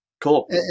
cool